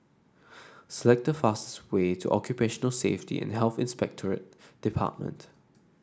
select the fastest way to Occupational Safety and Health Inspectorate Department